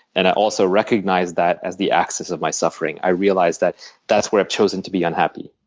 and i also recognize that as the axis of my suffering. i realize that that's where i've chosen to be unhappy.